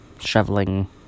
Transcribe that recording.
shoveling